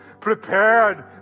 prepared